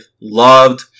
loved